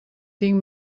tinc